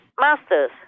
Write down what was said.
masters